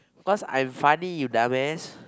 because I'm funny you dumb ass